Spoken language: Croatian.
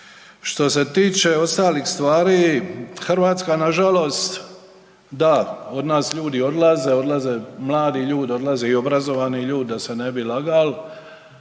Što se tiče ostalih stvari, Hrvatska nažalost, da, od nas ljudi odlaze, odlaze mladi ljudi, odlaze i obrazovani ljudi da se ne bi lagali,